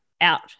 out